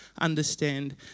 understand